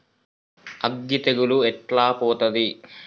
అగ్గి తెగులు ఎట్లా పోతది?